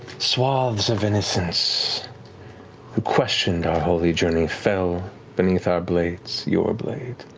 swaths of innocents who questioned our holy journey fell beneath our blades, your blade.